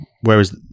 whereas